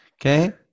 okay